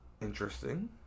Interesting